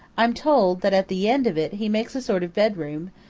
i'm told that at the end of it he makes a sort of bedroom,